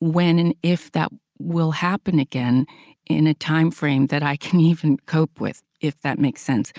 when and if that will happen again in a timeframe that i can even cope with, if that makes sense.